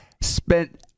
spent